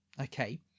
Okay